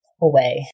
away